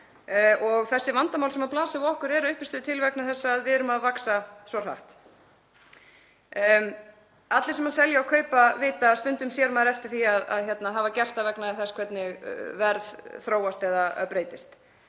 Þessi vandamál sem blasa við okkur eru að uppistöðu til vegna þess að við erum að vaxa svo hratt. Allir sem selja og kaupa vita að stundum sér maður eftir því að hafa gert það vegna þess hvernig verð þróast eða breytist